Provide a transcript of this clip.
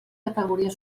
categoria